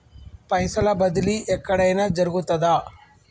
పైసల బదిలీ ఎక్కడయిన జరుగుతదా?